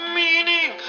meaning